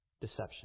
deception